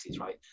right